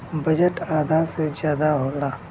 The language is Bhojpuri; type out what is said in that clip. बजट आधा से जादा होला